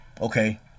Okay